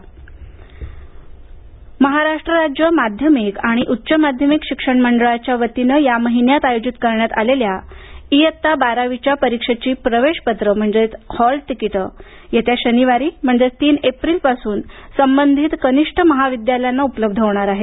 बारावी प्रवेश पत्रे महाराष्ट्र राज्य माध्यमिक आणि उच्च माध्यमिक शिक्षण मंडळाच्या वतीनं या महिन्यात आयोजित करण्यात आलेल्या इयत्ता बारावीच्या परीक्षेची प्रवेशपत्रं हॉल तिकीट येत्या शनिवारी म्हणजेच तीन एप्रिलपासून संबधित कनिष्ठ महाविद्यालयांना उपलब्ध होणार आहेत